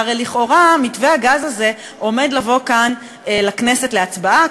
והרי לכאורה מתווה הגז הזה עומד לבוא כאן לכנסת להצבעה,